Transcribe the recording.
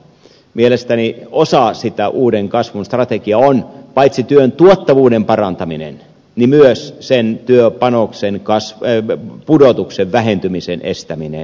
mielestäni osa sitä uuden kasvun strategiaa on paitsi työn tuottavuuden parantaminen myös sen työpanoksen pudotuksen vähentymisen estäminen